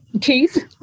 Keith